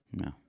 No